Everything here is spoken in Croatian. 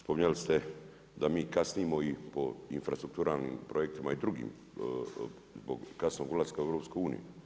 Spominjali ste da mi kasnimo i po infrastrukturalnim projektima i drugim zbog kasnog ulaska u EU.